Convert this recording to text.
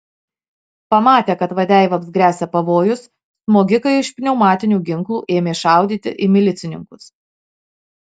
pamatę kad vadeivoms gresia pavojus smogikai iš pneumatinių ginklų ėmė šaudyti į milicininkus